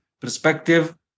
perspective